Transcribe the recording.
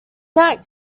that